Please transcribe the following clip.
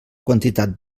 quantitat